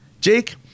Jake